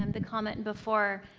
um the comment before.